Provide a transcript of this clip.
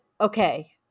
okay